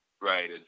Right